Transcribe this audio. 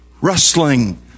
rustling